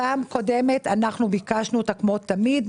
פעם קודמת ביקשנו אותה כמו תמיד.